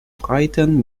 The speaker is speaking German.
breiten